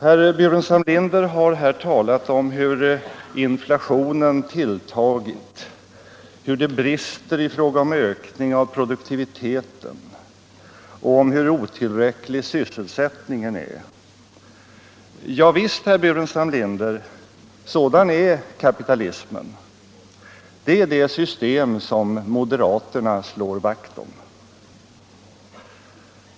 Herr Burenstam Linder har här talat om hur inflationen tilltagit, hur det brister i fråga om ökningen av produktiviteten och om hur otillräcklig sysselsättningen är. Ja visst, herr Burenstam Linder, sådan är kapitalismen. Det är det system som moderaterna slår vakt om.